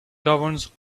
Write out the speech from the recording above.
governs